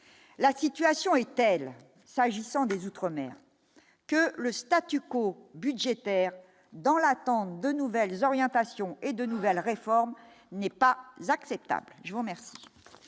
la situation est telle, s'agissant des outre-mer que le statu quo budgétaire dans l'attente de nouvelles orientations et de nouvelles réformes n'est pas acceptable, je vous remercie.